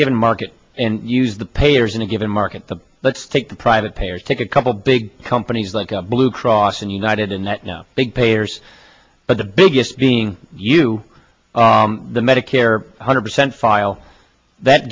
given market and use the payors in a given market the let's take the private payers take a couple big companies like blue cross and united and that now big payers but the biggest being you the medicare one hundred percent file that